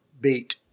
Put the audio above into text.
beat